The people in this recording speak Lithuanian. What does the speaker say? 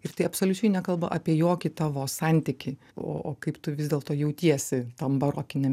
ir tai absoliučiai nekalba apie jokį tavo santykį o kaip tu vis dėlto jautiesi tam barokiniam